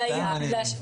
זה בדור שלי, זקנה.